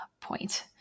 point